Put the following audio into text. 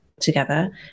together